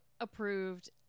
approved